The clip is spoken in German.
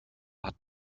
hat